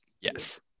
Yes